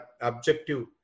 objective